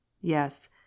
Yes